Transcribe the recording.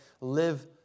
live